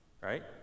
right